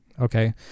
okay